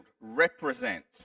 represents